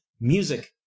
music